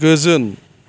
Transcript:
गोजोन